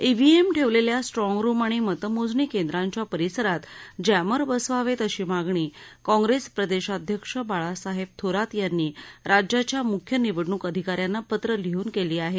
EVM ठेवलेल्या strong room आणि मतमोजणी केंद्राच्या परिसरात जॅमर बसवावेत अशी मागणी काँग्रेस प्रदेशाध्यक्ष बाळासाहेब थोरात यांनी राज्याच्या मुख्य निवडणूक अधिकारयांना पत्र लिहून केली आहे